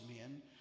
men